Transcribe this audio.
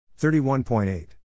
31.8